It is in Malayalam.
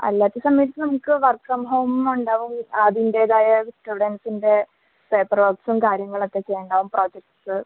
അല്ലാത്ത സമയത്ത് നമുക്ക് വർക്ക് ഫ്രം ഹോമുണ്ടാവൽ അതിൻറ്റേതായ സ്റ്റുഡൻസിൻ്റെ പേപ്പർ വർക്സും കാര്യങ്ങളൊക്ക ചെയ്യാനുണ്ടാവും പ്രോജക്സ്